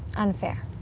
unfair.